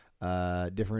Different